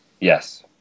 Yes